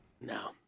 No